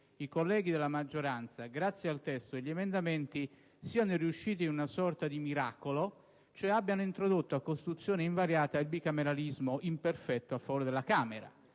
i colleghi della maggioranza grazie al testo e agli emendamenti siano riusciti in una sorta di miracolo: abbiano cioè introdotto a Costituzione invariata il bicameralismo imperfetto a favore della Camera.